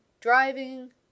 driving